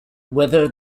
whether